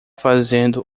fazendo